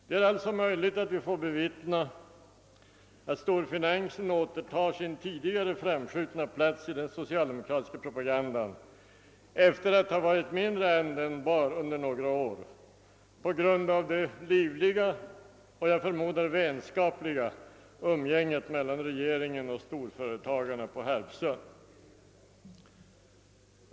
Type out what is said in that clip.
Det är alltså möjligt att vi får bevittna att storfinansen återtar sin tidigare framskjutna plats i den socialdemokratiska propagandan efter att under några år ha varit mindre användbar på grund av det livliga och, såsom jag förmodar, vänskapliga umgänget mellan regeringen och storföretagarna på Harpsund.